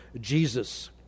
Jesus